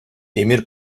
emir